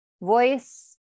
voice